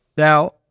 Now